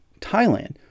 Thailand